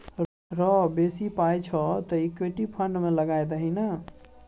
रौ बेसी पाय छौ तँ इक्विटी फंड मे लगा दही ने